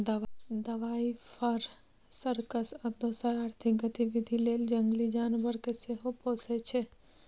दबाइ, फर, सर्कस आ दोसर आर्थिक गतिबिधि लेल जंगली जानबर केँ सेहो पोसय छै